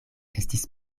estis